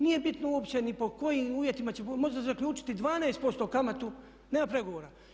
Nije bitno uopće ni po kojim uvjetima će, može zaključiti 12% kamatu, nema pregovora.